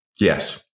Yes